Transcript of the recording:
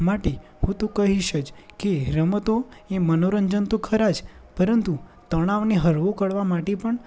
માટે હું તો કહીશ જ કે રમતો એ મનોરંજન તો ખરાં જ પરંતુ તણાવને હળવું કરવા માટે પણ